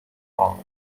part